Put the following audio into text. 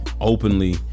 openly